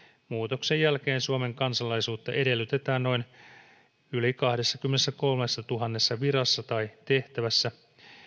muutoksen jälkeen suomen kansalaisuutta edellytetään yli kahdessakymmenessäkolmessatuhannessa virassa tai tehtävässä